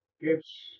gifts